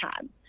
time